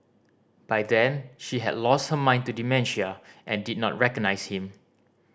by then she had lost her mind to dementia and did not recognise him